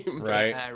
Right